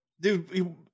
Dude